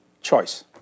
Choice